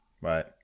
right